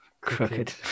Crooked